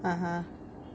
(uh huh)